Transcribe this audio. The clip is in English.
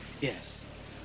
Yes